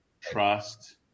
trust